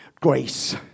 grace